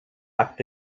acte